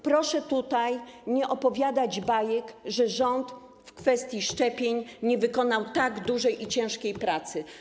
Proszę więc tutaj nie opowiadać bajek, że rząd w kwestii szczepień nie wykonał tak dużej i ciężkiej pracy.